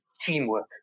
teamwork